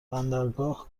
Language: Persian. بندرگاه